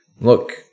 look